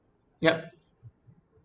yup